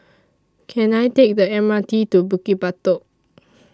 Can I Take The M R T to Bukit Batok